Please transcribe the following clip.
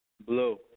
Blue